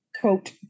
quote